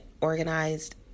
organized